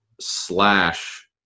slash